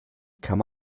kann